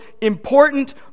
important